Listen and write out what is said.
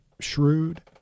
shrewd